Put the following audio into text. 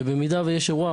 ובמידה ויש אירוע,